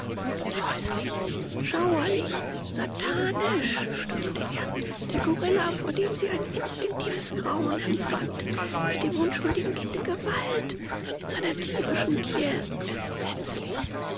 scheußlich schauerlich satanisch stöhnte erb der gorilla vor dem sie ein instinktives grauen empfand wird dem unschuldigen kinde gewalt in seiner tierischen gier entsetzlich